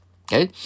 okay